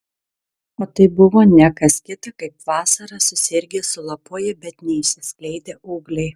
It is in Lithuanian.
o tai buvo ne kas kita kaip vasarą susirgę sulapoję bet neišsiskleidę ūgliai